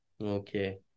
Okay